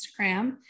Instagram